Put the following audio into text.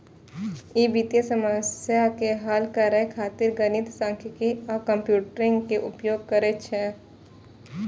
ई वित्तीय समस्या के हल करै खातिर गणित, सांख्यिकी आ कंप्यूटिंग के उपयोग करै छै